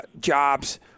jobs